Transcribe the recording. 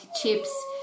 chips